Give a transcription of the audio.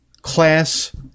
class